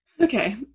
okay